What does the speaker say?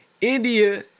India